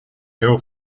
hill